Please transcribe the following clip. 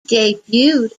debuted